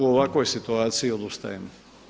U ovakvoj situaciji odustajem.